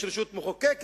יש רשות מחוקקת,